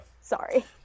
sorry